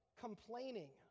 complaining